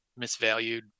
misvalued